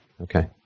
okay